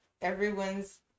everyone's